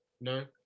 no